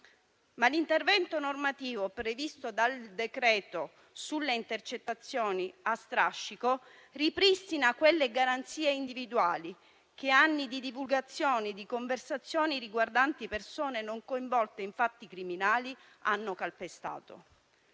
L'intervento normativo previsto dal decreto sulle intercettazioni a strascico ripristina quelle garanzie individuali che anni di divulgazione di conversazioni riguardanti persone non coinvolte in fatti criminali hanno calpestato.